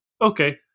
Okay